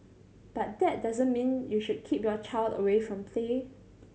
but that doesn't mean you should keep your child away from play